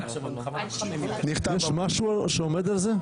יש משהו שעומד מאחורי זה?